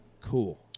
Cool